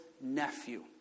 nephew